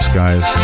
guys